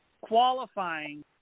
qualifying